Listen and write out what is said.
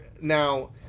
Now